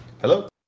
Hello